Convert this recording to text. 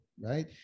right